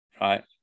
Right